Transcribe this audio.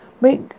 make